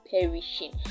perishing